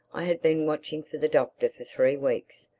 i had been watching for the doctor for three weeks,